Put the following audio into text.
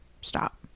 stop